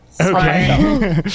Okay